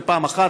זה דבר אחד.